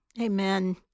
Amen